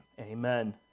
Amen